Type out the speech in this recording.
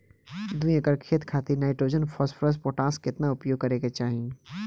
दू एकड़ खेत खातिर नाइट्रोजन फास्फोरस पोटाश केतना उपयोग करे के चाहीं?